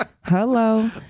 Hello